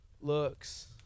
looks